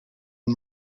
and